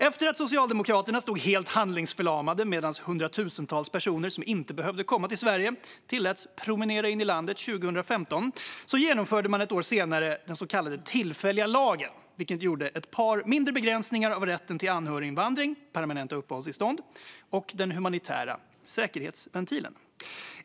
Efter att Socialdemokraterna stått helt handlingsförlamade medan hundratusentals personer som inte behövde komma till Sverige tilläts promenera in i landet 2015 genomförde man ett år senare den så kallade tillfälliga lagen, vilket innebar ett par mindre begränsningar av rätten till anhöriginvandring, permanenta uppehållstillstånd och den humanitära säkerhetsventilen.